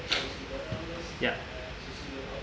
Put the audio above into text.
ya